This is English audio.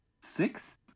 Six